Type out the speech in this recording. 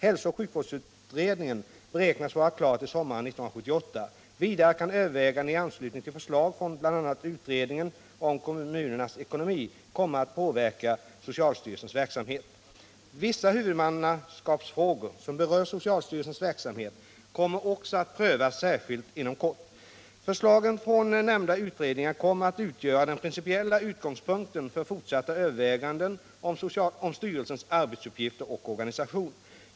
Hälsooch sjukvårdsutredningen beräknas vara klar till sommaren 1978. Vidare kan överväganden i anslutning till förslag från bl.a. utredningen om kommunernas ekonomi komma att påverka socialstyrelsens verksamhet. Vissa huvudmannaskapsfrågor, som berör socialstyrelsens verksamhet, kommer också att prövas särskilt inom kort. Förslagen från nämnda utredningar kommer att utgöra den principiella utgångspunkten för fortsatta överväganden om styrelsens arbetsuppgifter och organisation.